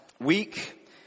week